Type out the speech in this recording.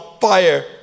fire